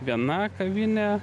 viena kavinė